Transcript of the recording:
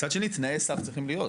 מצד שני תנאי סף צריכים להיות,